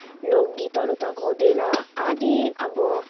लोकगीतहरू त गाउँदैन आदी अब